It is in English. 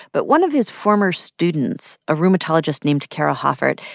but one of his former students, a rheumatologist named cara hoffart,